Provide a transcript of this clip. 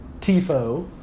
TIFO